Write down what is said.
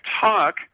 talk